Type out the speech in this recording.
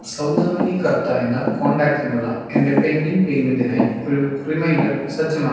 സൗദാമിനി കർത്ത എന്ന കോൺടാക്റ്റിനുള്ള എൻ്റെ പെൻഡിംഗ് പേയ്മെൻറ്റിനായി ഒരു റിമൈൻഡർ സജ്ജമാക്കുക